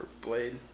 blade